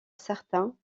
certains